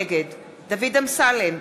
נגד דוד אמסלם,